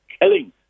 killing